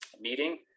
meeting